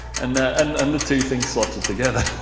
and the and and the two things slotted together.